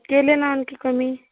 केले ना आणखी कमी